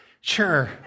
sure